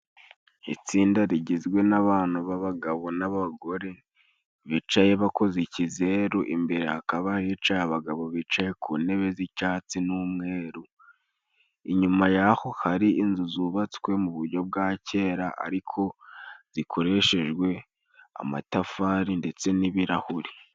Itsinda rigizwe n'abantu b'abagabo n'abagore bicaye bakoze ikizeru, imbere hakaba hicaye abagabo bicaye ku ntebe z'icyatsi n'umweru, inyuma yaho hari inzu zubatswe mu buryo bwa kera ariko zikoreshejwe amatafari ndetse n'ibirahuri.